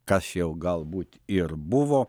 kas jau galbūt ir buvo